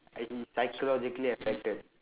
uh he psychologically affected